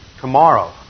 tomorrow